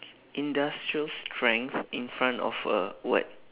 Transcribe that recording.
industrial strength in front of a what